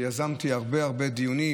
יזמתי הרבה הרבה דיונים,